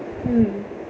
mm